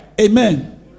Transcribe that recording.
Amen